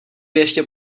ještě